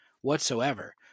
whatsoever